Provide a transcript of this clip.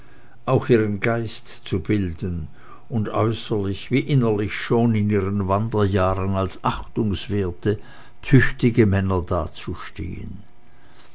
auch ihren geist zu bilden und äußerlich wie innerlich schon in ihren wanderjahren als achtungswerte tüchtige männer dazustehen